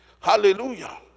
Hallelujah